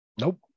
Nope